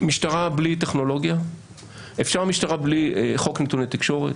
משטרה בלי חוק נתוני תקשורת,